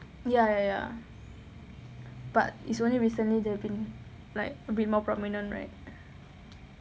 ya ya ya but it's only recently they have been like a bit more prominent right